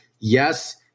yes –